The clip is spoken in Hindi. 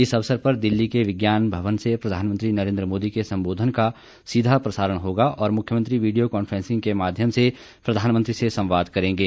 इस अवसर पर दिल्ली के विज्ञान भवन से प्रधानमंत्री नरेन्द्र मोदी के संबोधन का सीधा प्रसारण होगा और मुख्यमंत्री वीडियो कॉन्फ्रेंसिंग के माध्यम से प्रधानमंत्री से संवाद करेंगे